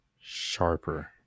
sharper